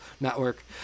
Network